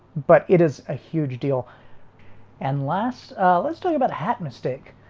but it is a huge deal and last let's talk about hat mistake.